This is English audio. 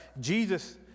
Jesus